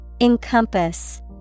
Encompass